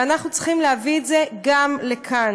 ואנחנו צריכים להביא את זה גם לכאן.